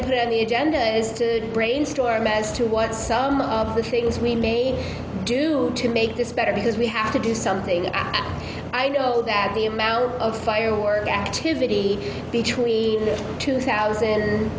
bit of the agenda is to brainstorm as to what some of the things we may do to make this better because we have to do something about it i know that the amount of firework activity between two thousand